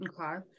Okay